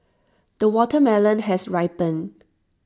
the watermelon has ripened